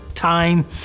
time